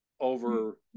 over